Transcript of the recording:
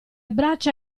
braccia